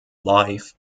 life